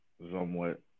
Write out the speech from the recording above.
Somewhat